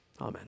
Amen